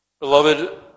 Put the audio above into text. Beloved